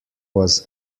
was